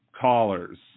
callers